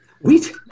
Wheat